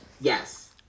Yes